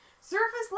surface